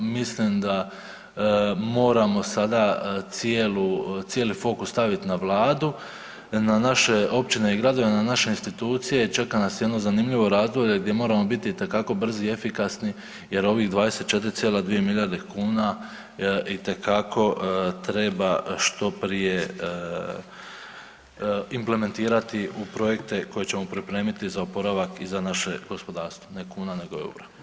Mislim da moramo sada cijeli fokus staviti sada na Vladu, na naše općine i gradove, na naše institucije čeka nas jedno zanimljivo razdoblje gdje moramo biti itekako brzi i efikasni jer ovih 24,2 milijarde kuna treba što prije implementirati u projekte koje ćemo pripremiti za oporavak i za naše gospodarstvo, ne kuna nego eura.